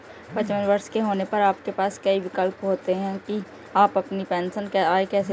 पचपन वर्ष के होने पर आपके पास कई विकल्प होते हैं कि आप अपनी पेंशन आय कैसे लेते हैं